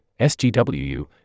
SGWU